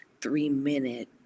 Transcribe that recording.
three-minute